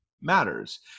matters